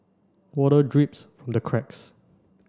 water drips from the cracks